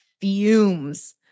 fumes